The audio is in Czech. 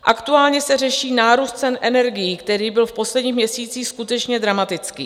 Aktuálně se řeší nárůst cen energií, který byl v posledních měsících skutečně dramatický.